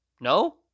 No